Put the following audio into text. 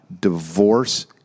divorce